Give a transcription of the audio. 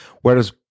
whereas